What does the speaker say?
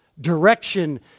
direction